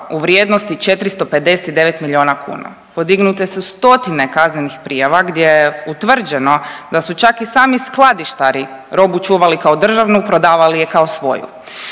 u vrijednosti 459 milijuna kuna, podignute su stotine kaznenih prijava gdje je utvrđeno da su čak i sami skladištari robu čuvali kao državnu, a prodavali je kao svoju.